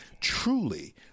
truly